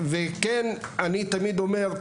אני תמיד אומר,